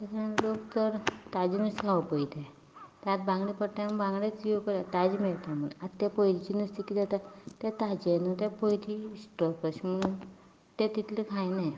ताका लागून लोक चड ताजें नुस्तें खावंक पळयतात तें आतां बांगडे पडटात म्हूण बांगडेच घेवपा येता ताजें मेळटा म्हणून आतां तें पयलींचें नुस्तें किदें जाता तें ताजें न्हू ते पयलीं स्टोक अशें म्हणून तें तितलें खायनात